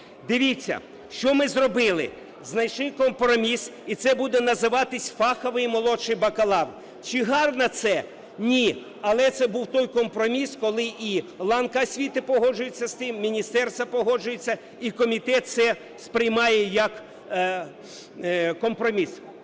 Дивіться, що ми зробили, знайшли компроміс, і це буде називатися "фаховий молодший бакалавр". Чи гарно це? Ні. Але це був той компроміс, коли і ланка освіти погоджується з тим, міністерство погоджується і комітет це сприймає як компроміс.